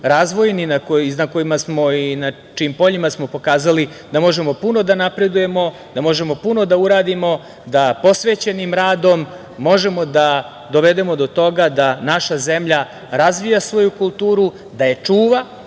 su razvojni, na čijim poljima smo pokazali da možemo puno da napredujemo, da možemo puno da uradimo, da posvećenim radom možemo da dovedemo do toga da naša zemlja razvija svoju kulturu, da je čuva,